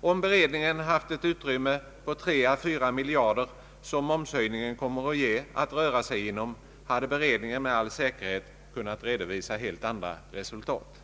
Om beredningen haft ett utrymme på 3 å 4 miljarder, som momshöjningen kommer att ge, att röra sig inom hade beredningen med all säkerhet kunnat redovisa helt andra resultat.